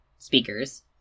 speakers